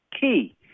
key